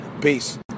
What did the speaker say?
Peace